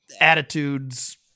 attitudes